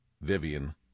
Vivian